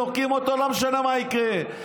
זורקים אותו ולא משנה מה יקרה.